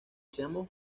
seamos